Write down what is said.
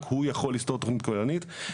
רק הוא יכול לסטות מתכנית כוללנית.